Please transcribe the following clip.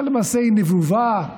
אבל למעשה היא נבובה,